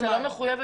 היא לא מחויבת?